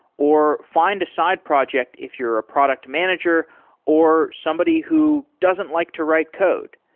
or find a side project if you're a product manager or somebody who doesn't like to write code.